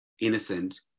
innocent